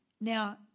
Now